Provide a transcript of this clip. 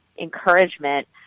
encouragement